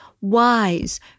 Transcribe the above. wise